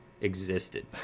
existed